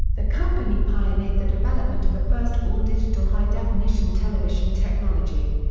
the company pioneered the development of the first all-digital high-definition television technology.